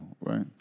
right